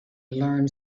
learn